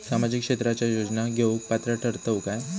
सामाजिक क्षेत्राच्या योजना घेवुक पात्र ठरतव काय?